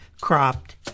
cropped